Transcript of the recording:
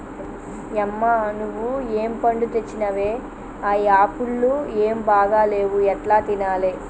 యమ్మ నువ్వు ఏం పండ్లు తెచ్చినవే ఆ యాపుళ్లు ఏం బాగా లేవు ఎట్లా తినాలే